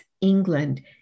England